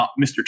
Mr